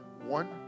one